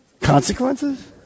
consequences